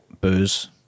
booze